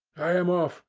i am off,